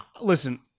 Listen